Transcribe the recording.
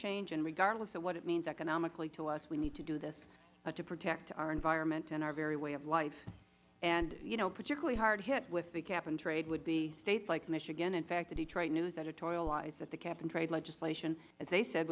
change and regardless of what it means economically to us we need to do this to protect our environment and our very way of life and you know particularly hard hit with the cap and trade would be states like michigan in fact the detroit news editorialized that the cap and trade legislation as they said